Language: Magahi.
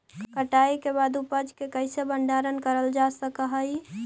कटाई के बाद उपज के कईसे भंडारण करल जा सक हई?